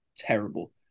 terrible